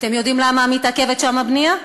אתם יודעים למה מתעכבת שם הבנייה?